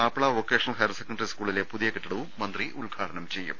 Mappila vocational higher secondary സ്കൂളിലെ പുതിയ കെട്ടിടവും മന്ത്രി ഉദ്ഘാ ടനം ചെയ്യും